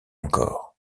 encore